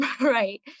right